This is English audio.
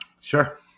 Sure